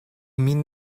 mean